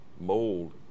mold